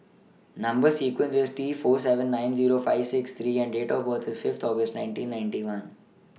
Number sequence IS T four seven nine Zero five six three and Date of birth IS Fifth August nineteen ninety one